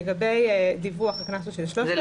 לגבי דיווח הקנס הוא 3,000 שקלים.